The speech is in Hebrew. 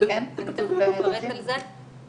אני אפרט על זה.